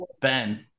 Ben